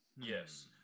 Yes